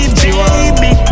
baby